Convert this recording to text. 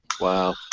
Wow